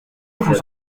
vous